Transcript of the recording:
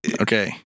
Okay